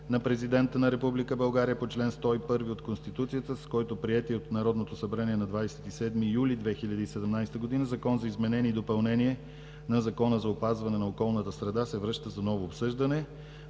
на президента на Република България по чл. 101 от Конституцията, с който приетият от Народното събрание на 27 юли 2017 г. Закон за изменение и допълнение на Закона за опазване на околната среда се връща за ново обсъждане.